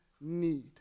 need